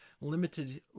limited